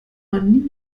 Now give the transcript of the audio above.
man